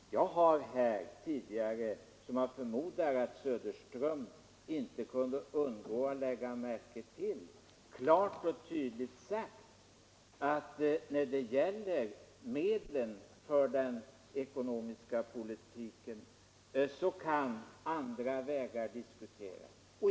Jag har här tidigare, som jag förmodar att herr Söderström inte kunnat undgå att lägga märke till, klart och tydligt sagt att när det gäller medlen för den ekonomiska politiken så kan andra vägar diskuteras.